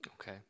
Okay